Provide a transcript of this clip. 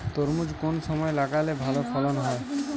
তরমুজ কোন সময় লাগালে ভালো ফলন হয়?